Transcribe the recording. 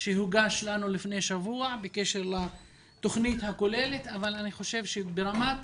הוגש לנו לפני שבוע בקשר לתכנית הכוללת אבל אני חושב שברמת